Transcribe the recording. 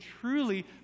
truly